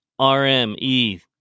RME